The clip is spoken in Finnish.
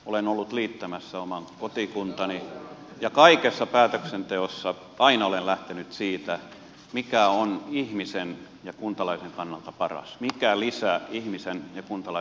olen ollut liittämässä oman kotikuntani ja kaikessa päätöksenteossa aina olen lähtenyt siitä mikä on ihmisen ja kuntalaisen kannalta paras mikä lisää ihmisen ja kuntalaisen turvallisuutta